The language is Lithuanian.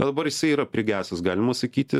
o dabar jisai yra prigęsęs galima sakyti